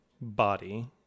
body